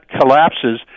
collapses